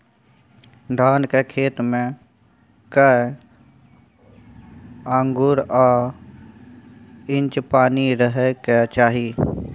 धान के खेत में कैए आंगुर आ इंच पानी रहै के चाही?